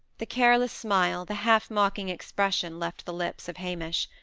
the careless smile, the half-mocking, expression left the lips of hamish.